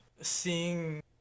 seeing